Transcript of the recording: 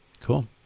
Cool